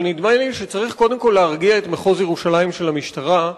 אבל נדמה לי שצריך קודם כול להרגיע את מחוז ירושלים של המשטרה,